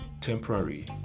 Temporary